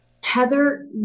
Heather